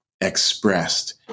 expressed